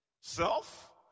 Self